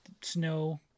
snow